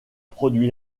produit